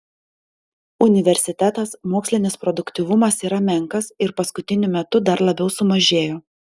universitetas mokslinis produktyvumas yra menkas ir paskutiniu metu dar labiau sumažėjo